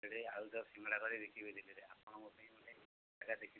ସେଠି ଆଳୁଚପ୍ ସିଙ୍ଗଡ଼ା କରି ବିକିବି ଦିଲ୍ଲୀରେ ଆପଣ ମୋ ପାଇଁ ଗୋଟେ ଜାଗା ଦେଖି ଦିଅନ୍ତୁ